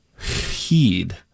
heed